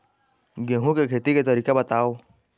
गेहूं के खेती के तरीका बताव?